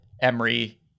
emery